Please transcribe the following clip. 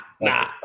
nah